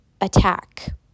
attack